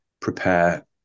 prepare